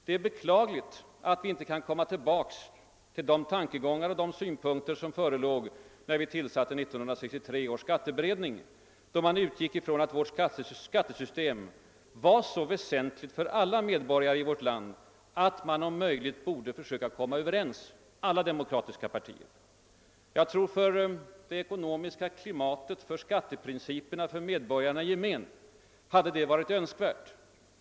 Det är beklagligt att vi inte kan återvända till de tankegångar och synpunkter, som förelåg när vi tillsatte 1963 års skatteberedning, varvid man utgick från att vårt skattesystem var så väsentligt för alla medborgare i vårt land att samtliga demokratiska partier om möjligt borde försöka komma överens om det. Jag tror att för det politiska klimatet, för skatteprinciperna och för medborgar na i gemen sådan enighet hade varit önskvärd.